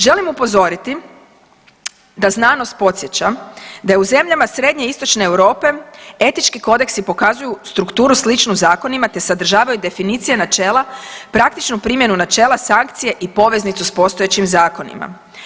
Želim upozoriti da znanost podsjeća da u zemljama srednje i istočne Europe etički kodeksi pokazuju strukturu sličnu zakonima te sadržavaju definicije načela, praktičnu primjenu načela, sankcije i poveznicu s postojećim zakonima.